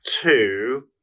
two